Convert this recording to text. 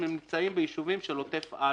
אם הם נמצאים ביישובים של עוטף עזה,